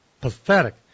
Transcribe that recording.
pathetic